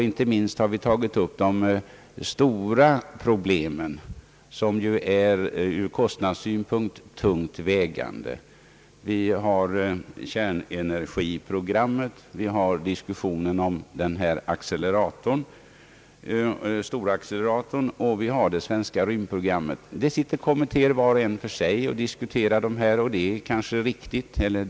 Inte minst har där tagits upp de stora problemen, som ur kostnadssynpunkt är tungt vägande. Vi har kärnenergiprogrammet. Vi har diskussionen om storacceleratorn och vi har det svenska rymdprogrammet. Det sitter kommittéer var och en för sig och diskuterar dessa frågor.